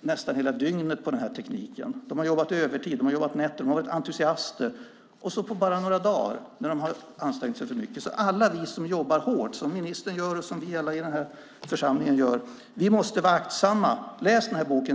nästan hela dygnet på den. De har jobbat övertid. De har jobbat nätter. De har varit entusiaster. Och så händer det på bara några dagar när de har ansträngt sig för mycket. Alla vi som jobbar hårt, som ministern gör och som vi alla i den här församlingen gör, måste vara aktsamma. Läs den här boken!